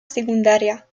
secundaria